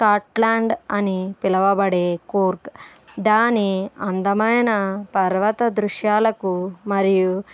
Scotland అని పిలువబడే కూర్గ్ దాని అందమైన పర్వత దృశ్యాలకు మరియు